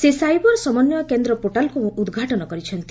ସେ ସାଇବର ସମନ୍ୱୟ କେନ୍ଦ୍ର ପୋର୍ଟାଲ୍କୁ ଉଦ୍ଘାଟନ କରିଛନ୍ତି